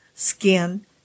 skin